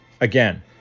Again